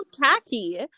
tacky